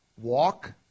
walk